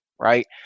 right